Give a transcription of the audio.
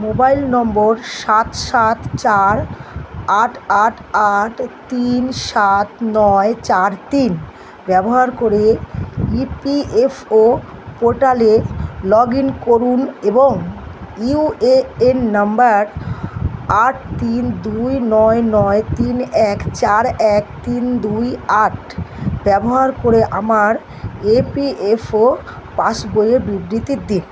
mobile number সাত সাত চার আট আট আট তিন সাত নয় চার তিন ব্যবহার করে ইপিএফও পোর্টালে লগ ইন করুন এবং ইউএএন নম্বর আট তিন দুই নয় নয় তিন এক চার এক তিন দুই আট ব্যবহার করে আমার এপিএফও পাসবইয়ের বিবৃতি দিন